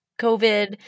COVID